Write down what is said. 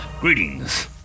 Greetings